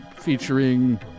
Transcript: featuring